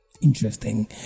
interesting